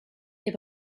ihr